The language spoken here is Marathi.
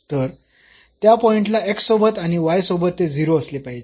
तर त्या पॉईंट ला x सोबत आणि y सोबत ते 0 असले पाहिजे